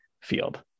field